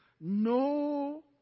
no